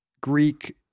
Greek